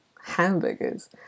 hamburgers